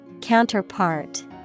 Counterpart